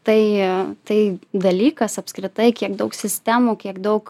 tai tai dalykas apskritai kiek daug sistemų kiek daug